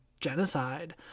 genocide